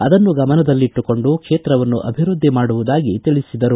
ಅದನ್ನು ಗಮನದಲ್ಲಿಟ್ಟುಕೊಂಡು ಕ್ಷೇತ್ರವನ್ನು ಅಭಿವೃದ್ಧಿ ಮಾಡುವುದಾಗಿ ತಿಳಿಸಿದರು